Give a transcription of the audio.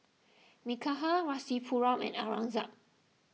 Milkha Rasipuram and Aurangzeb